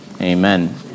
Amen